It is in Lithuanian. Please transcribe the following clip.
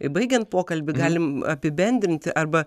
baigiant pokalbį galim apibendrinti arba